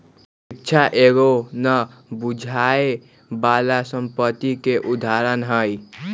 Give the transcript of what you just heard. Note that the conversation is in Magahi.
शिक्षा एगो न बुझाय बला संपत्ति के उदाहरण हई